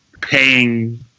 paying